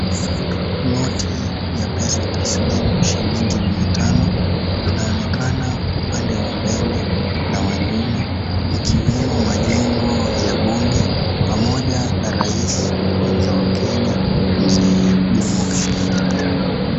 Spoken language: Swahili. Noti ya pesa taslimu shilingi mia tano, inaonekana upande wa mbele na wa nyuma ikiwimo jengo ya bunge pamoja na rais wa kwanza wa Kenya Mzee Jomo Kenyatta.